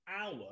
hour